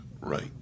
right